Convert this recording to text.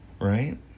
Right